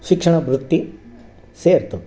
ಶಿಕ್ಷಣ ವೃತ್ತಿ ಸೇರಿತು